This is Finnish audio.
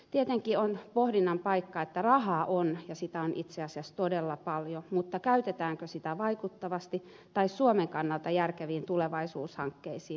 tietenkin on pohdinnan paikka kun rahaa on ja sitä on itse asiassa todella paljon käytetäänkö sitä vaikuttavasti tai suomen kannalta järkeviin tulevaisuushankkeisiin